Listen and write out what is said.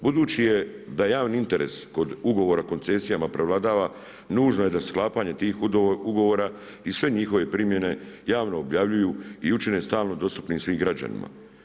Budući je da javni interes kod ugovora o koncesijama prevladava nužno je da sklapanje tih ugovora i sve njihove primjene javno objavljuju i učine stalno dostupnim svim građanima.